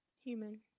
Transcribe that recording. Human